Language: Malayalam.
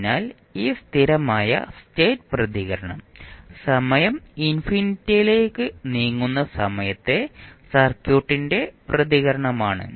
അതിനാൽ ഈ സ്ഥിരമായ സ്റ്റേറ്റ് പ്രതികരണം സമയം ഇൻഫിനിറ്റിയിലേക്ക് നീങ്ങുന്ന സമയത്തെ സർക്യൂട്ടിന്റെ പ്രതികരണമാണ്